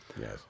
Yes